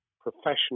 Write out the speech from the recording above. professional